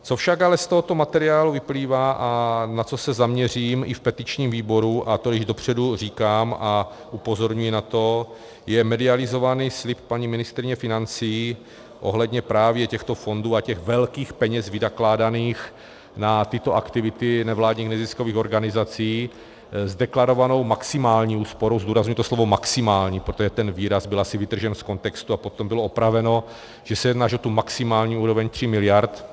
Co však ale z tohoto materiálu vyplývá a na co se zaměřím i v petičním výboru, a to již dopředu říkám a upozorňuji na to, je medializovaný slib paní ministryně financí ohledně právě těchto fondů a těch velkých peněz vynakládaných na tyto aktivity nevládních neziskových organizací s deklarovanou maximální úsporou, zdůrazňuji to slovo maximální, protože ten výraz byl asi vytržen z kontextu a potom bylo opraveno, že se jedná až o tu maximální úroveň tří miliard.